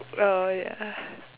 oh ya